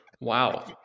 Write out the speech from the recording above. Wow